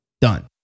done